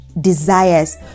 desires